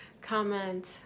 comment